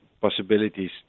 possibilities